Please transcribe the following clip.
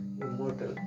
immortal